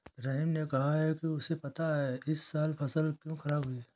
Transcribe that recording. रहीम ने कहा कि उसे पता है इस साल फसल क्यों खराब हुई